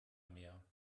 mehr